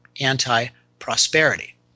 anti-prosperity